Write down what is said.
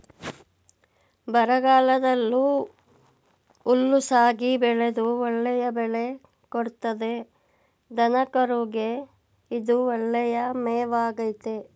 ಬರಗಾಲದಲ್ಲೂ ಹುಲುಸಾಗಿ ಬೆಳೆದು ಒಳ್ಳೆಯ ಬೆಳೆ ಕೊಡ್ತದೆ ದನಕರುಗೆ ಇದು ಒಳ್ಳೆಯ ಮೇವಾಗಾಯ್ತೆ